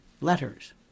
letters